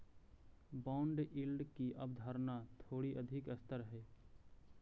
bond yield की अवधारणा थोड़ी अधिक स्तर हई